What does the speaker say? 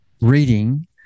reading